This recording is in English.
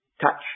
touch